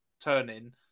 turning